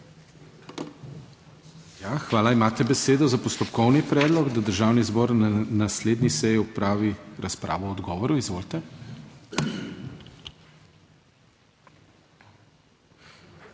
Želite besedo za postopkovni predlog, da Državni zbor na naslednji seji opravi razpravo o odgovoru? Izvolite.